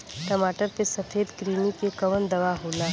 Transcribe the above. टमाटर पे सफेद क्रीमी के कवन दवा होला?